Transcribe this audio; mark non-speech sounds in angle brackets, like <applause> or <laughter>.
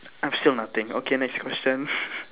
I'm still nothing okay next question <laughs>